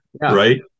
Right